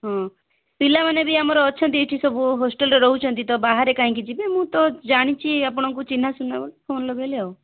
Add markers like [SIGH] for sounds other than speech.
ହଁ ପିଲାମାନେ ବି ଆମର ଅଛନ୍ତି ଏଇଠି ସବୁ ହଷ୍ଟେଲରେ ରହୁଛନ୍ତି ତ ବାହାରେ କାହିଁକି ଯିବେ ମୁଁ ତ ଜାଣିଛି ଆପଣଙ୍କୁ ଚିହ୍ନା [UNINTELLIGIBLE] ବୋଲି ଫୋନ୍ ଲଗେଇଲି ଆଉ